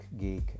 geek